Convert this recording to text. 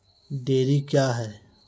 Dairy क्या हैं?